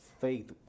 Faith